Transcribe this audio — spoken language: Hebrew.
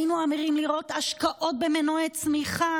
היינו אמורים לראות השקעות במנועי צמיחה